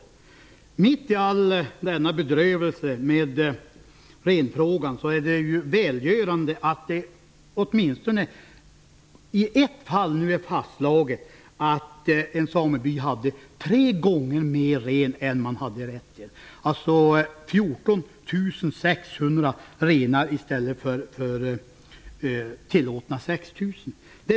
Den ena saken är att det mitt i all denna bedrövelse med renfrågan är välgörande att det åtminstone i ett fall nu är fastslaget att en sameby hade tre gånger mer renar än man hade rätt till, dvs. 14 600 renar i stället för tillåtna 6 000.